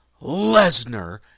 Lesnar